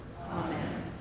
Amen